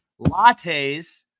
lattes